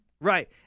Right